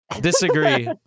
Disagree